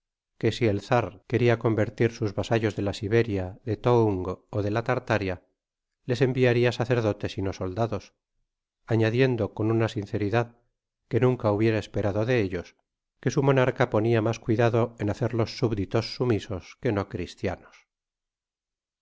que si el czar queria convertir sus vasallos de la siberia de toung ó de la tartaria les enviaria sacerdotes y no soldados añadiendo con una sinceridad que nunca hubiera esperado de ellos que su monarca ponia mas cuidado en hacerlos subditos sumisos que no cristianos